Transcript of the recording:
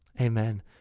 amen